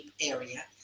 area